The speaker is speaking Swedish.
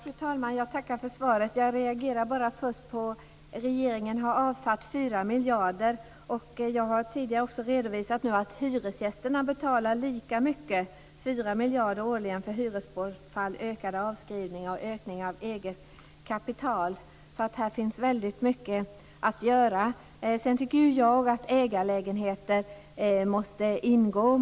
Fru talman! Jag tackar för svaret. Jag reagerade på att Lars-Erik Lövdén sade att regeringen har avsatt 4 miljarder. Jag redovisade tidigare att hyresgästerna betalar lika mycket - 4 miljarder årligen - för hyresbortfall, ökade avskrivningar och ökning av eget kapital. Här finns alltså väldigt mycket att göra. Sedan anser jag att ägarlägenheter måste ingå.